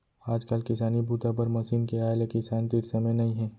आजकाल किसानी बूता बर मसीन के आए ले किसान तीर समे नइ हे